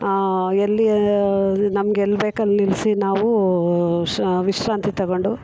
ಎಲ್ಲಿ ನಮ್ಗೆ ಎಲ್ಲಿ ಬೇಕು ಅಲ್ಲಿ ಇಳಿಸಿ ನಾವೂ ವಿಶ್ರಾಂತಿ ತಗೊಂಡು